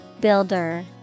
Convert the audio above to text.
Builder